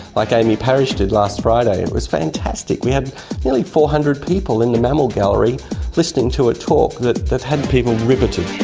like amy parish did last friday, and it was fantastic, we had nearly four hundred people in the mammal gallery listening to a talk that that had people riveted.